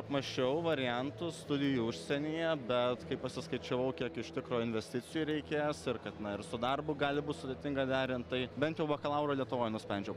apmąsčiau variantus studijų užsienyje bet kai pasiskaičiavau kiek iš tikro investicijų reikės ir kad na ir su darbu gali būt sudėtinga derint tai bent jau bakalaurą lietuvoj nusprendžiau